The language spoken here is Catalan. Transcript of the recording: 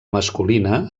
masculina